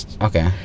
okay